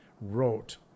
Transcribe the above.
wrote